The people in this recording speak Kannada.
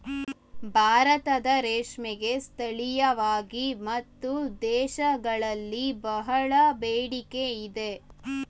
ಭಾರತದ ರೇಷ್ಮೆಗೆ ಸ್ಥಳೀಯವಾಗಿ ಮತ್ತು ದೇಶಗಳಲ್ಲಿ ಬಹಳ ಬೇಡಿಕೆ ಇದೆ